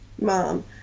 mom